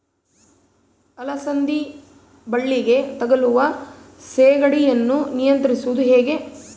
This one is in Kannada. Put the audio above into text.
ಅಲಸಂದಿ ಬಳ್ಳಿಗೆ ತಗುಲುವ ಸೇಗಡಿ ಯನ್ನು ನಿಯಂತ್ರಿಸುವುದು ಹೇಗೆ?